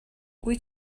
wyt